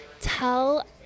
tell